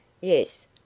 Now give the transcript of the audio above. Yes